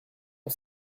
ont